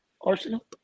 Arsenal